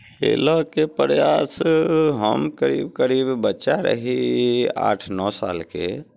हेलयके प्रयास हम करीब करीब बच्चा रही आठ नओ सालके